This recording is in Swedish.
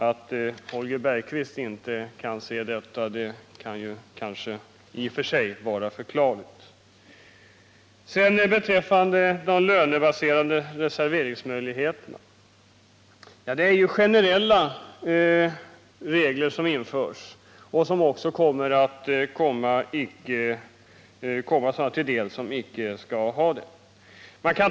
Att Holger Bergqvist inte inser detta kan i och för sig vara förklarligt. När det gäller de lönebaserade reserveringsmöjligheterna är det generella regler som införs och som kommer även sådana företag till del som icke skall ha dessa möjligheter.